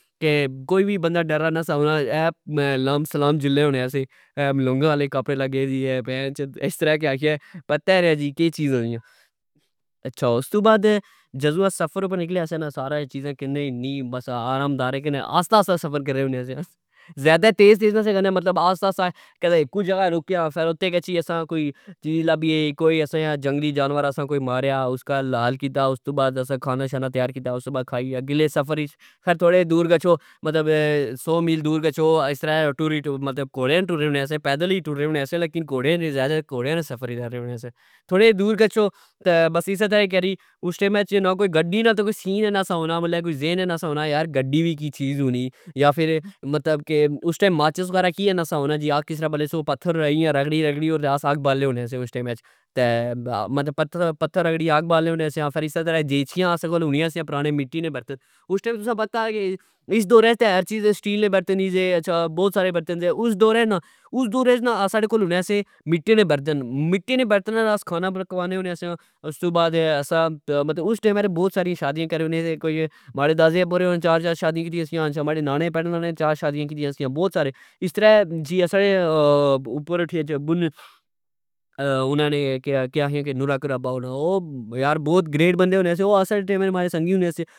کہ کوئی وی بندا ڈرنا نا سا ہونا .اے لم سلم جلنے ہوا سے اے ملنگا آلے کپڑے لگے اہہ پینچوداسرتہ کہ اہہ پتا نا جی کہ چیز ہونی اچھا استو بعد جدو اساں سفر اپر نیکنے سے آ نا سارا اے چیزاں کنی آرام دا آستہ آستہ سفر کرنے ہونے سیاں ذئدا تیز تیز نا سے کرنے مطلب آستہ آستہ کدہ اکو جگہ رکیا فر اتے گچھی اساکوئی چیز لبی کوئی جنگلی جانور اسا ماریا اس کہ حلال کیتا استو بعد اسا کھانا شانا تیار کیتا استو بعد کھائی دیا .اگلے سفر اچ تھوڑا دور گچھو مطلب سو میل دور گچھو اسرہ ٹری کوڑے نا ٹرنے ہونے سے پیدل و ٹرنے ہونے سیا. لیکن ذئدا تر کوڑیا نا سفر کرنے ہونے سیا تھوڑے جے دور گچھو بس اس ترہ ای کری اس ٹئم اچ نا کوئی گڈی نا سین ای نئی سا نا ہونا مطلب کہ کوئی ذہن ای نے سا نا ہونا کہ گڈی وی کوئی چیز ہونی یا فر مطلب اس ٹئم ماچس وغیرہ کیا نا سے ہونا جی .اگ کسرہ بلے سو بتھر ایا ایا رگڑی اسا اگ بالنے ہونے سیا .اس ٹئمچ مطلب پتھر رگڑی اگ بالنے ہونے سیا .فر اسہ ترہ دیجکیاں اسا کول ہونیا سیا پرانے مٹی نے برتن اس ٹم تسا کی پتا کہ اس دوراچ نا ساڑے کول ہونے سے مٹی نے برتن مٹی نے برتن نال آس کھانا پکوانے سیا .استو بعد اسا مطلب اس ٹئم تہ بوت ساری شادیاں کرنے سے ماڑے دادے ابو اورا چار شادیاں کیتیا سیا ماڑے نانے چار شادیاں کیتیا سیا بوت سارے اسطرع ساڑے اوپربن انا نے کہ آکھنے کہ نورا کرہ باہ نا او یار بوت گریٹ بندے ہونے سے او اسا نے ٹئمہ نا ماڑے سنگی ہونے سے